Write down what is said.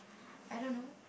I don't know